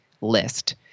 list